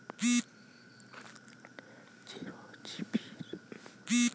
চিরোঞ্জির বাদামের মতন খাইতে বীচিগুলা উত্তর ভারতত আন্দার মোশলা হিসাবত চইল হয়